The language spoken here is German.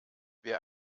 wer